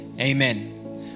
Amen